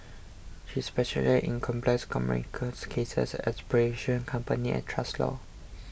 she specialises in complex commercial cases as arbitration company and trust law